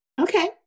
Okay